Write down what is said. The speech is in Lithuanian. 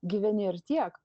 gyveni ir tiek